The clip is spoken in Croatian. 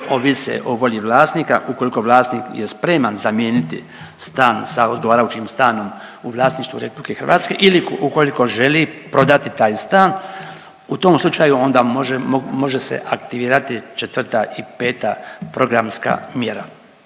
ovise o volji vlasnika ukoliko vlasnik je spreman zamijeniti stan sa odgovarajućim stanom u vlasništvu Republike Hrvatske ili ukoliko želi prodati taj stan u tom slučaju onda može se aktivirati četvrta i peta programska mjera.